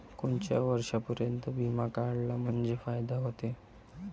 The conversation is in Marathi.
कोनच्या वर्षापर्यंत बिमा काढला म्हंजे फायदा व्हते?